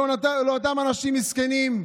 לאותם אנשים מסכנים,